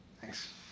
thanks